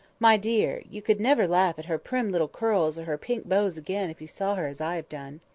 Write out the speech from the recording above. my dear! you could never laugh at her prim little curls or her pink bows again if you saw her as i have done.